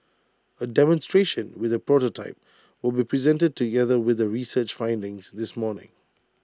A demonstration with A prototype will be presented together with the research findings this morning